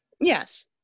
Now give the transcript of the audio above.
yes